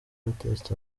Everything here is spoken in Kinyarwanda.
artist